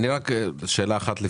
אתם מדברים על כסף